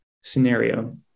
scenario